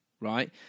Right